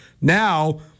Now